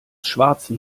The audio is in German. schwarzen